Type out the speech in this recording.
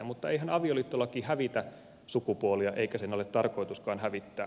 mutta eihän avioliittolaki hävitä sukupuolia eikä sen ole tarkoituskaan hävittää